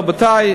רבותי,